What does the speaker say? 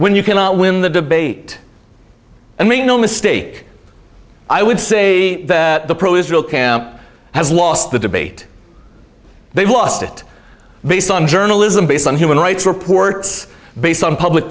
when you cannot win the debate and make no mistake i would say that the pro israel camp has lost the debate they've lost it based on journalism based on human rights reports based on public